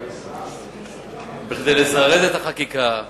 כדי לזרז את החקיקה,